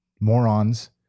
morons